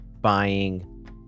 buying